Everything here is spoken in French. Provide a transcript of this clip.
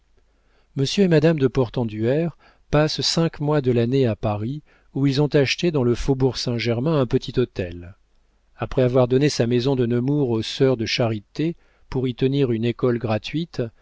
monsieur et madame de portenduère passent cinq mois de l'année à paris où ils ont acheté dans le faubourg saint-germain un petit hôtel après avoir donné sa maison de nemours aux sœurs de charité pour y tenir une école gratuite